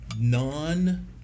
non